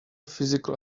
physical